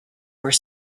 were